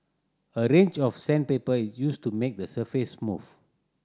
a range of sandpaper is used to make the surface smooth